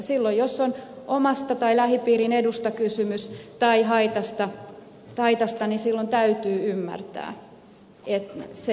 silloin jos on omasta tai lähipiirin edusta kysymys tai haitasta täytyy ymmärtää se esteellisyys